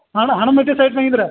ಹಣ ಸೈಟ್ನ್ಯಾಗ ಇದ್ರ